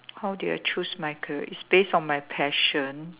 how did I choose my career it's based on my passion